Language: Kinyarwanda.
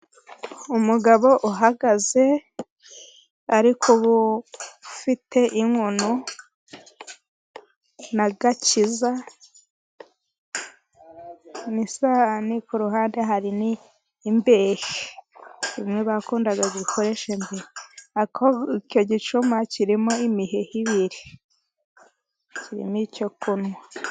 Umugabo uhagaze ariko afite inkono n'agakiza ni isahani, ku ruhande hari imbehe, imwe bakundaga gukoresha mbere ariko icyo gicuma kirimo imiheha ibiri, kirimo icyo kunywa.